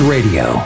Radio